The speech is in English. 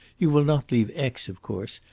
you will not leave aix, of course,